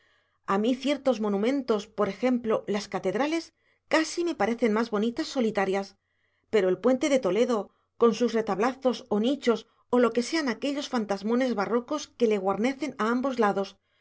a mí ciertos monumentos por ejemplo las catedrales casi me parecen más bonitas solitarias pero el puente de toledo con sus retablazos o nichos o lo que sean aquellos fantasmones barrocos que le guarnecen a ambos lados